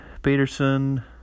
Peterson